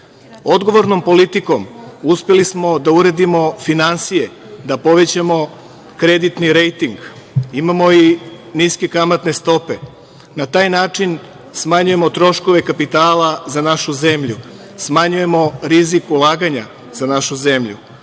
vrednosti. Odgovornom politikom uspeli smo da uredimo finansije da povećamo kreditni rejting. Imamo i niske kamatne stope. Na taj način smanjujemo troškove kapitala za našu zemlju, smanjujemo rizik ulaganja za našu zemlju.